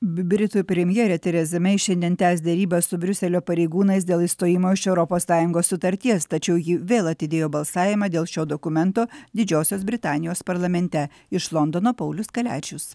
britų premjerė tereza mei šiandien tęs derybas su briuselio pareigūnais dėl išstojimo iš europos sąjungos sutarties tačiau ji vėl atidėjo balsavimą dėl šio dokumento didžiosios britanijos parlamente iš londono paulius kaliačius